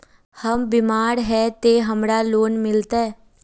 हम बीमार है ते हमरा लोन मिलते?